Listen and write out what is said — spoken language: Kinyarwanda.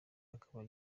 akaba